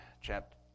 chapter